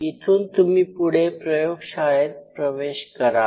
इथून तुम्ही पुढे प्रयोगशाळेत प्रवेश कराल